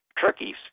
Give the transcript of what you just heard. turkeys